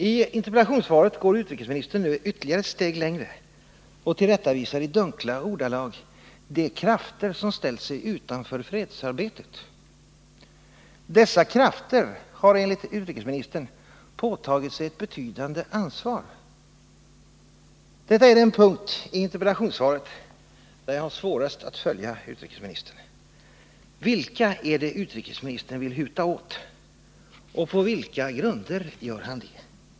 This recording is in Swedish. I interpellationssvaret går utrikesministern nu ytterligare ett steg längre och tillrättavisar i dunkla ordalag ”de krafter” som ”ställt sig utanför fredsarbetet”. ”Dessa krafter” har enligt utrikesministern ”påtagit sig ett betydande ansvar”. Detta är den punkt i interpellationssvaret där jag har svårast att följa utrikesministern. Vilka är det utrikesministern vill huta åt? Och på vilka grunder gör han det?